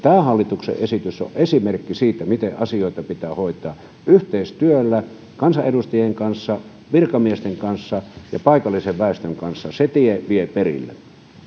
tämä hallituksen esitys on esimerkki siitä miten asioita pitää hoitaa yhteistyöllä kansanedustajien kanssa virkamiesten kanssa ja paikallisen väestön kanssa se tie vie perille